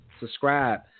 Subscribe